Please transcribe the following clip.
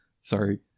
Sorry